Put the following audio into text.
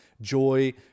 joy